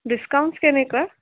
discounts কেনেকুৱা